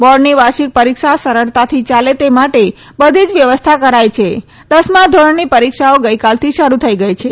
બોર્ડની વાર્ષિક પરીક્ષા સરળતાથી યાલે તે માટે બધી જ વ્યવસ્થા કરાઈ છે દસમા ધોરણની પરીક્ષાઓ ગઇકાલથી શરૂ થઈ ગઈ છે